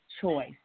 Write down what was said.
choice